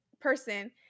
person